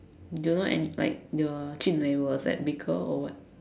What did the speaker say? do you know any like your Jun-Wei was at beaker or what